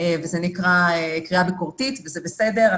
וזה נקרא קריאה ביקורתית, וזה בסדר.